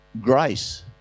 Grace